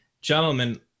gentlemen